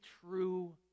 true